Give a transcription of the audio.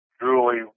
Julie